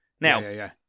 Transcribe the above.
Now